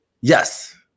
Yes